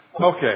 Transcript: Okay